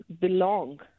belong